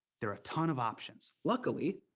there are a ton of options. luckily,